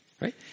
Right